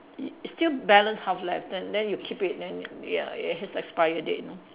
it it still balance half left then then you keep it then ya it has expired date you know